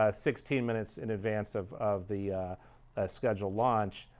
ah sixteen minutes in advance of of the scheduled launch,